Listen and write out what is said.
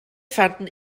fanden